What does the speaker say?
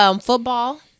football